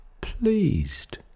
Pleased